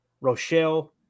Rochelle